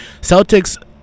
Celtics